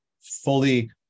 fully